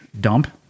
dump